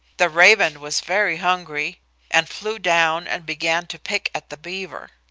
the raven was very hungry and flew down and began to pick at the beaver.